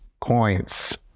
coins